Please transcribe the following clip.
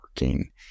working